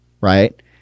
right